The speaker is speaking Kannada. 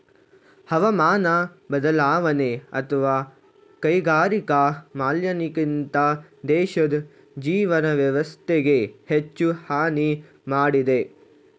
ಹವಾಮಾನ ಬದಲಾವಣೆ ಅತ್ವ ಕೈಗಾರಿಕಾ ಮಾಲಿನ್ಯಕ್ಕಿಂತ ದೇಶದ್ ಜೀವನ ವ್ಯವಸ್ಥೆಗೆ ಹೆಚ್ಚು ಹಾನಿ ಮಾಡಿದೆ